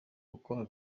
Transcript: uko